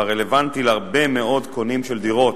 והרלוונטי להרבה מאוד קונים של דירות,